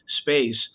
space